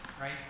right